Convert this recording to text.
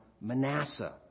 Manasseh